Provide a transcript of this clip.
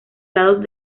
lados